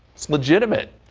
it's legitimate.